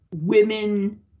women